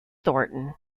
thornton